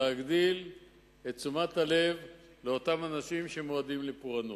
להגדיל את תשומת הלב לאותם אנשים שמועדים לפורענות.